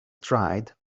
dried